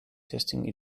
testing